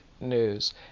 news